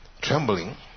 trembling